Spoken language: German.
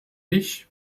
ich